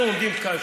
אנחנו עובדים כאן,